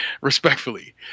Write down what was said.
respectfully